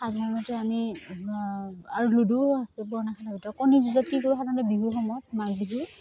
সাধাৰণতে আমি আৰু লুডুও আছে পুৰণা খেলৰ ভিতৰত কণীযুঁজত কি কৰোঁ সাধাৰণতে বিহুৰ সময়ত মাঘ বিহুত